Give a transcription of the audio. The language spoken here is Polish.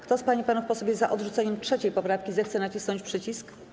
Kto z pań i panów posłów jest za odrzuceniem 3. poprawki, zechce nacisnąć przycisk.